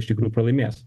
iš tikrųjų pralaimės